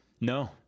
No